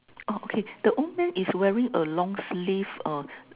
oh okay the old man is wearing a long sleeve or